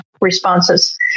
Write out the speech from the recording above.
responses